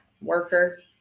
worker